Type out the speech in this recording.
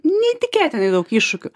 neįtikėtinai daug iššūkių